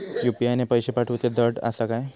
UPI ने पैशे पाठवूचे धड आसा काय?